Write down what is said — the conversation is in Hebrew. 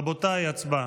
רבותיי, הצבעה.